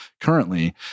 currently